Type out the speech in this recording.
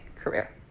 career